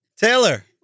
Taylor